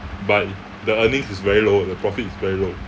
but the earnings is very low the profit is very low